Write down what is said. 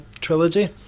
trilogy